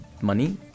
money